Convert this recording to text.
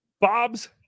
Bob's